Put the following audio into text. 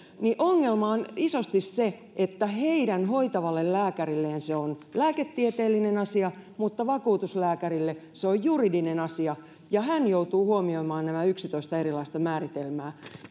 niin ongelma on isosti se että heidän hoitavalle lääkärilleen se on lääketieteellinen asia mutta vakuutuslääkärille se on juridinen asia ja hän joutuu huomioimaan nämä yksitoista erilaista määritelmää